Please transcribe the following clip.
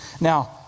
Now